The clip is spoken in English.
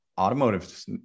Automotive